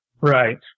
Right